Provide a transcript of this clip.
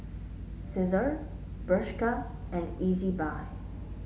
Cesar Bershka and Ezbuy